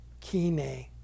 kine